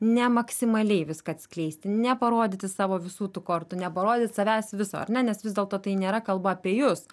ne maksimaliai viską atskleisti neparodyti savo visų tų kortų neparodyt savęs viso ar ne nes vis dėlto tai nėra kalba apie jus